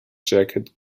jacket